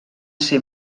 ser